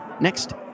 Next